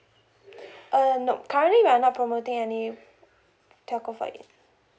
uh nope currently we're not promoting any telco for it